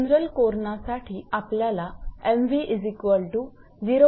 general कोरणासाठी आपल्याला 𝑚𝑣0